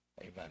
Amen